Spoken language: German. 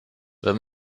wenn